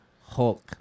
Hulk